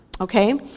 Okay